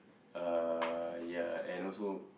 uh ya and also